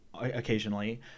occasionally